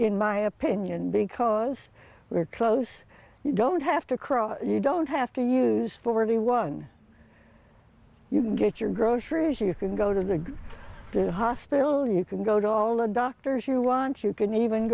in my opinion because we're close you don't have to crawl you don't have to use for anyone you can get your groceries you can go to the do hospital you can go to all of the doctors you want you can